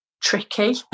tricky